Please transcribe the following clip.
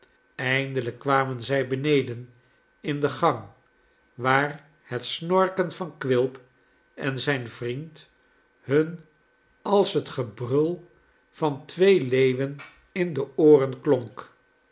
eindelijk kwamen zij beneden in den gang waar het snorken van quilp en zijn vriend hun als het gebrul van twee leeuwen in de ooren klonk